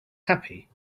happy